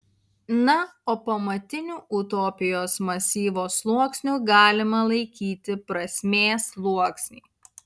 na o pamatiniu utopijos masyvo sluoksniu galima laikyti prasmės sluoksnį